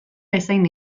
bezain